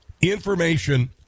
information